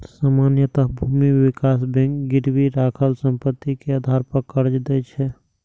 सामान्यतः भूमि विकास बैंक गिरवी राखल संपत्ति के आधार पर कर्ज दै छै